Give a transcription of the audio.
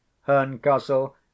herncastle